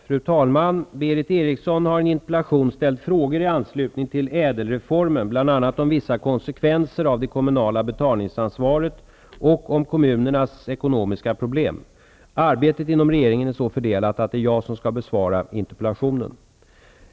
Fru talman! Berith Eriksson har i en interpellaton ställt frågor i anslutning till ÄDEL-reformen, bl.a. om vissa konsekvenser av det kommunala betalningsansvaret och om kommunernas ekonomiska problem. Arbetet inom regeringen är så fördelat att det är jag som skall besvara interpellationen.